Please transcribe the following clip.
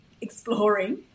exploring